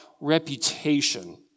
reputation